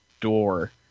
door